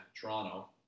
Toronto